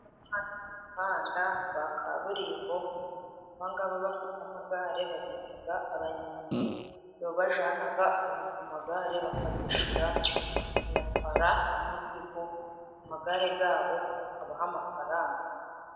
Hano ni mumuanda wa kaburimbo, aba bafite amagare babita abanyonzi nibo bajyana umuntu ku magare bakabishyura, bakanatwara imizigo ku magare yabo bakabaha amafaranga.